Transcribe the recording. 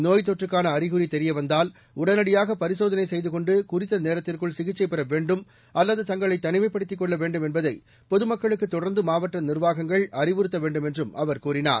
நோய்த் தொற்றுக்கான அறிகுறி தெரியவந்தால் உடனடியாக பரிசோதனை செய்து கொண்டு குறித்த நேரத்திற்குள் சிகிச்சை பெற வேண்டும் அல்லது தங்களை தனிமைப்படுத்திக் கொள்ள வேண்டும் என்பதை பொதுமக்களுக்கு தொடர்ந்து மாவட்ட நிர்வாகங்கள் அறிவுறுத்த வேண்டும் என்றும் அவர் கூறினார்